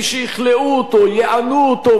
יענו אותו וירצחו אותו,